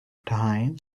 time